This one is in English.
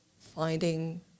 finding